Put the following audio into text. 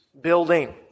building